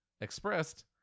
expressed